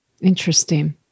Interesting